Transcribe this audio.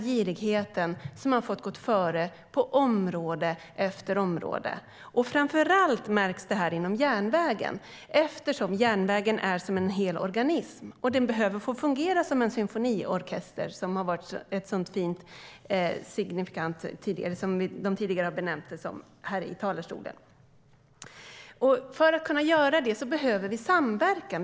Girigheten har fått gå före på område efter område. Framför allt märks det inom järnvägen eftersom järnvägen är som en hel organism. Den behöver få fungera som en symfoniorkester, som tidigare talare så fint uttryckte det från talarstolen. För att järnvägen ska kunna fungera som en symfoniorkester behöver vi samverkan.